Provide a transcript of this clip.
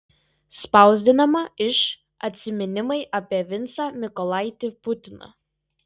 spausdinama iš atsiminimai apie vincą mykolaitį putiną